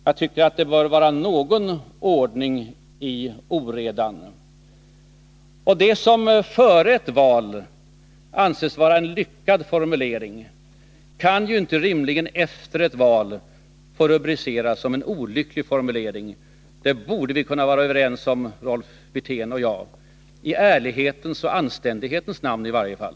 Jag tycker att det skall vara någon ordning i ordoredan. Vad som före ett val anses vara en lyckad formulering kan ju inte rimligen efter ett val få rubriceras som en olycklig formulering. Det borde Rolf Wirtén och jag kunna vara överens om. I ärlighetens och anständighetens namn i varje fall.